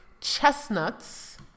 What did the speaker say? chestnuts